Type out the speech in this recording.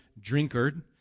Drinkard